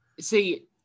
See